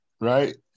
right